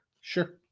Sure